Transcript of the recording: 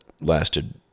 lasted